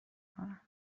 کنم